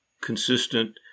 consistent